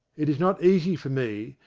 it is not easy for me,